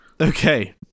okay